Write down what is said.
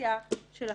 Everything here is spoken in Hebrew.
בקואליציה שלכם,